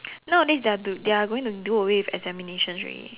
nowadays they are do they are going to do away with examinations already